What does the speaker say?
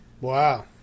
Wow